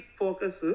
focus